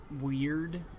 weird